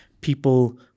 people